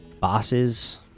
Bosses